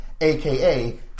aka